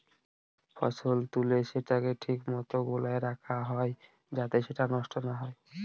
ফসল তুলে সেটাকে ঠিক মতো গোলায় রাখা হয় যাতে সেটা নষ্ট না হয়